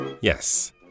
Yes